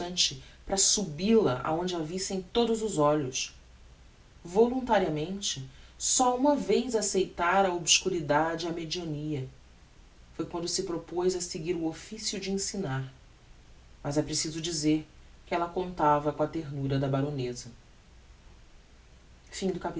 a força bastante para subil a aonde a vissem todos os olhos voluntariamente só uma vez acceitara a obscuridade e a mediania foi quando se propoz a seguir o officio de ensinar mas é preciso dizer que ella contava com a ternura da baroneza